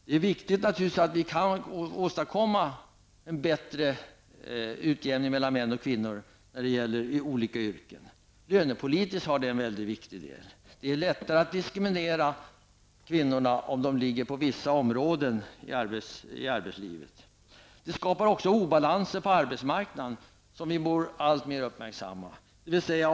Det är naturligtvis viktigt att vi kan åstadkomma en bättre utjämning mellan män och kvinnor i olika yrken. Lönepolitiskt har det mycket stor betydelse. Det är lättare att diskriminera kvinnor om de är verksamma inom vissa områden av arbetslivet. Det skapar också obalanser på arbetsmarknaden som vi alltmer borde uppmärksamma.